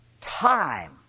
time